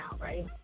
right